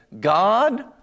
God